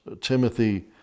Timothy